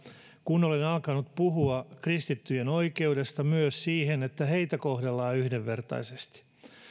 kun olen alkanut puhua kristittyjen oikeudesta siihen että heitä kohdellaan yhdenvertaisesti